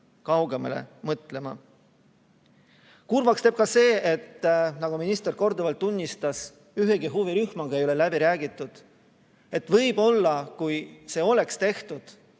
kaugemale mõtlema. Kurvaks teeb ka see, et nagu minister korduvalt tunnistas, ühegi huvirühmaga ei ole läbi räägitud. Võib-olla, kui seda oleks tehtud,